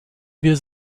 wir